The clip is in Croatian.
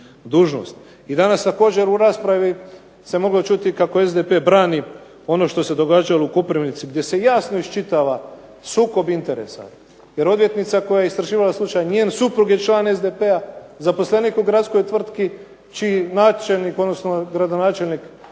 I danas također u raspravi se moglo čuti kako SDP brani ono što se događalo u Koprivnici gdje se jasno iščitava sukob interesa jer odvjetnica koja je istraživala slučaj, njen suprug je član SDP-a, zaposlenik u gradskoj tvrtki čiji načelnik odnosno gradonačelnik